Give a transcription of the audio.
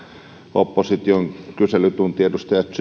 opposition kyselytunti edustaja